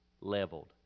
leveled